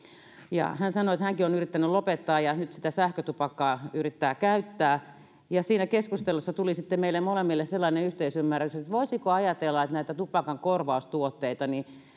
hän sanoi että hänkin on yrittänyt lopettaa ja nyt sitä sähkötupakkaa yrittää käyttää siinä keskustelussa tuli sitten meille molemmille sellainen yhteisymmärrys että voisiko ajatella että näiden tupakan korvaustuotteiden